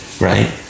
Right